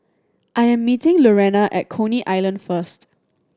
I am meeting Lurena at Coney Island first